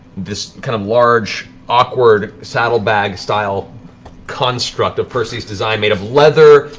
this kind of large, awkward saddlebag-style construct of percy's design, made of leather,